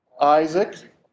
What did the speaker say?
Isaac